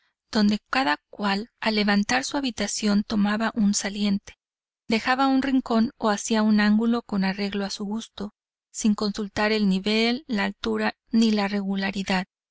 donde cada cual al levantar su habitación tomaba un saliente dejaba un rincón o hacía un ángulo con arreglo a su gusto sin consultar el nivel la altura ni la regularidad